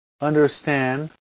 understand